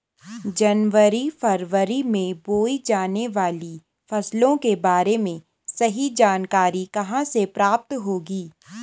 जनवरी फरवरी में बोई जाने वाली फसलों के बारे में सही जानकारी कहाँ से प्राप्त होगी?